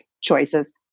choices